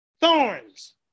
Thorns